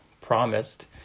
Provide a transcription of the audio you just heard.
promised